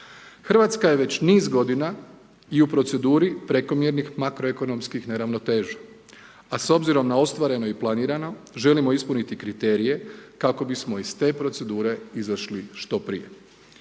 Hrvatska je već niz godina i u proceduri prekomjernih makroekonomskih neravnoteža, a s obzirom na ostvareno i planirano želimo ispuniti kriterije kako bismo iz te procedure izašli što prije.